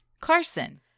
Carson